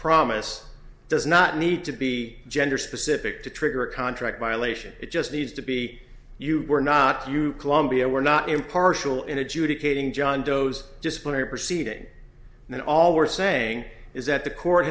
promise does not need to be gender specific to trigger a contract violation it just needs to be you were not the columbia we're not impartial in adjudicating john doe's disciplinary proceeding and all we're saying is that the court